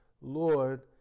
Lord